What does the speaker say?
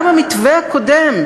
גם המתווה הקודם,